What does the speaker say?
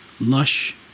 lush